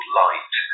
light